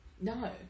No